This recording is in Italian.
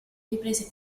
riprese